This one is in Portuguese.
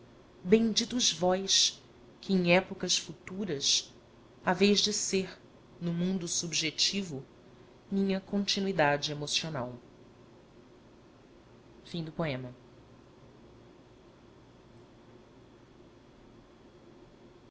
benditos vós que em épocas futuras haveis de ser no mundo subjetivo minha continuidade emocional a